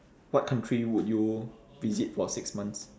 what country would you visit for six months